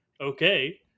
Okay